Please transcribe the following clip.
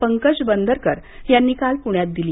पंकज बंदरकर यांनी काल पुण्यात दिली